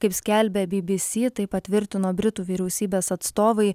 kaip skelbia bbc tai patvirtino britų vyriausybės atstovai